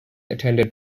attended